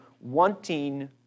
wanting